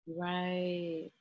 Right